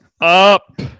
up